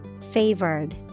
Favored